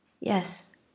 Yes